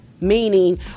Meaning